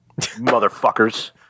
motherfuckers